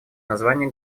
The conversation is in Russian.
названия